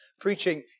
preaching